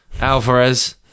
Alvarez